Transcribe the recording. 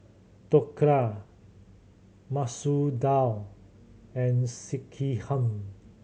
Dhokla Masoor Dal and Sekihan